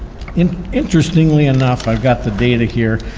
and interestingly enough, i've got the data here.